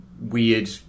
weird